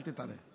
אל תתערב.